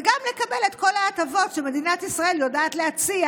וגם לקבל את כל ההטבות שמדינת ישראל יודעת להציע